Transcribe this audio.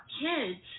kids